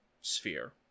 sphere